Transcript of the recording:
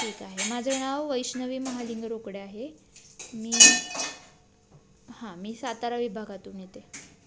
ठीक आहे माझं नाव वैष्णवी महालिंग रोकडे आहे मी हां मी सातारा विभागातून येते